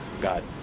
God